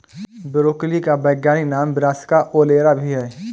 broccoli का वैज्ञानिक नाम ब्रासिका ओलेरा भी है